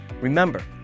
Remember